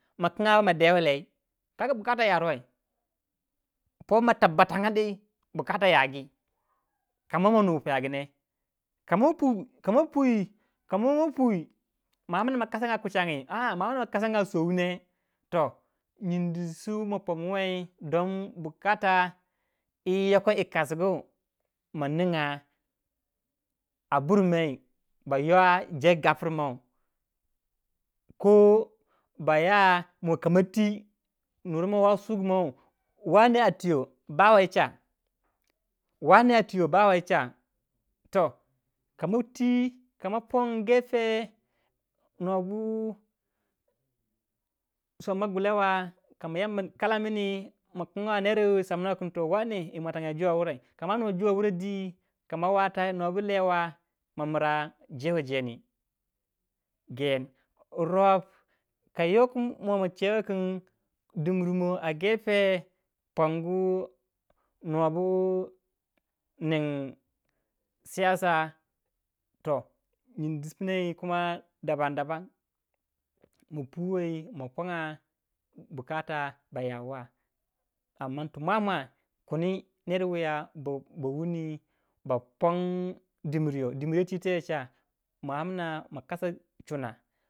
Kana yoru wei por ma leama nubu pu yogi. kama pwi amno kosonga kuchingia a om na kosonga sowi ne toh nyindi su ma pongu wei don bukata yoko inasugu moninga a bur mai ba yuo jeyu gopur nom koh boya koma twi nur moh hah sugu mouh wane tuyo bawe yi cha. toh kon a twi kama pon gepe nobu som a guei wa kai yamba leomini ma ring newu samono kin warey muatanga yi jo wurei ma mira jewe jendi gen, rob ka yoku mo ma chewe kun dimbir bno a gefe pongu nobu nine a gefe siyasa toh yinid pinou dobom dobom mo puwei ma youkata ba yauwa kundi ner wuya ba wuni ba pon dimbir yoh. dimbir yoh twi teye cha.